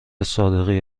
صادقی